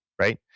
right